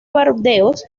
burdeos